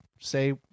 say